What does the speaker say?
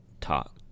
talk